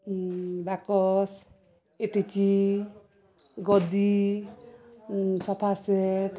ବାକସ୍ attache ଗଦି sofa set